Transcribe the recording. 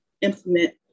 implement